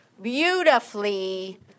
beautifully